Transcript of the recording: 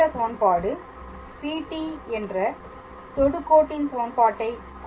இந்த சமன்பாடு PT என்ற தொடுகோட்டின் சமன்பாட்டை குறிப்பதாகும்